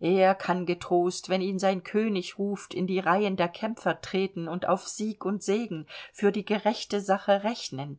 er kann getrost wenn ihn sein könig ruft in die reihen der kämpfer treten und auf sieg und segen für die gerechte sache rechnen